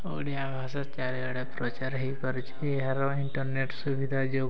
ଓଡ଼ିଆ ଭାଷା ଚାରିଆଡ଼େ ପ୍ରଚାର୍ ହେଇପାରୁଛି କି ଏହାର ଇଣ୍ଟର୍ନେଟ୍ ସୁବିଧା ଯୋଗୁଁ